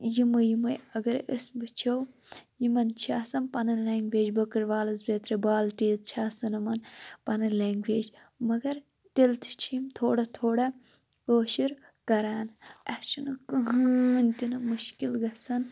یِمَے یِمے اَگَر أسۍ وُچھو یِمَن چھِ آسان پنٕنۍ لنٛگویج بٔکٕروالٕز بیترِ بالٹی چھ آسان یِمَن پَنٕنۍ لَنٛگویج مَگَر تیٚلہِ تہِ چھِ یِم تھوڑا تھوڑا کٲشُر کَران اَسہِ چھُنہٕ کٕہٕنۍ تِنہِ مُشکِل گَژھان